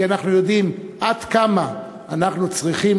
כי אנחנו יודעים עד כמה אנחנו צריכים